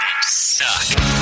suck